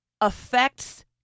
affects